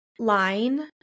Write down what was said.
Line